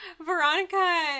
Veronica